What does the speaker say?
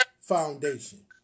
foundation